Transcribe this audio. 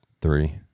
three